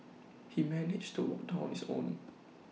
he managed to to walk down on his own